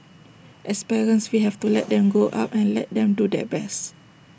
as parents we have to let them grow up and let them do their best